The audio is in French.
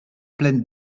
pleine